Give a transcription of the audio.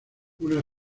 una